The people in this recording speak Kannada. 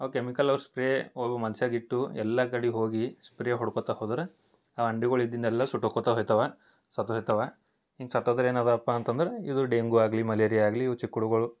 ಅವು ಕೆಮಿಕಲ್ ಅವರು ಸ್ಪ್ರೇ ಅವು ಮಾನ್ಸಾಗ ಇಟ್ಟು ಎಲ್ಲ ಕಡೆ ಹೋಗಿ ಸ್ಪ್ರೇ ಹೊಡ್ಕೋತಾ ಹೋದ್ರ ಆ ಅಂಡಿಗೋಳ ಇದ್ದಿದ್ದನ್ನೆಲ್ಲ ಸುಟ್ಟೊಕ್ಕೊತಾ ಹೊಯ್ತಾವ ಸತ್ತು ಹೊಯ್ತಾವ ಹಿಂಗೆ ಸತ್ತೋದರೆ ಏನಾದುವಪ್ಪಾ ಅಂತಂದ್ರ ಇದು ಡೆಂಗೂ ಆಗಲಿ ಮಲೇರಿಯಾ ಆಗಲಿ ಇವು ಚಿಕ್ಕುಳುಗಳು